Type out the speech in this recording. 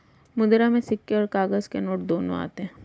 मुद्रा में सिक्के और काग़ज़ के नोट दोनों आते हैं